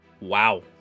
Wow